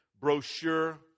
brochure